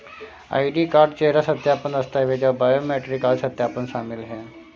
ID card, चेहरा सत्यापन, दस्तावेज़ और बायोमेट्रिक आदि सत्यापन शामिल हैं